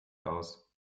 aus